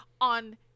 on